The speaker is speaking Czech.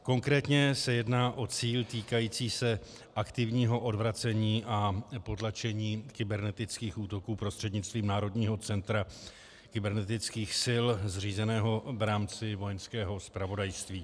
Konkrétně se jedná o cíl týkající se aktivního odvracení a potlačení kybernetických útoků prostřednictvím Národního centra kybernetických sil zřízeného v rámci Vojenského zpravodajství.